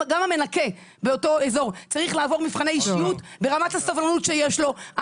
המנקה באותו אזור צריך לעבור מבחני אישיות ברמת הסבלנות שיש לו,